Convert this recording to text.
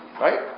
Right